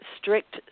strict